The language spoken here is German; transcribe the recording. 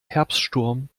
herbststurm